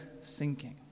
sinking